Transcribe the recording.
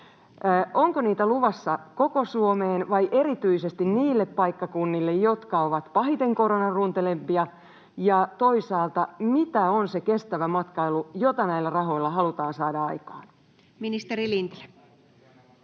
Onko niitä luvassa koko Suomeen vai erityisesti niille paikkakunnille, jotka ovat koronan pahiten runtelemia, ja toisaalta, mitä on se kestävä matkailu, jota näillä rahoilla halutaan saada aikaan? [Speech 101]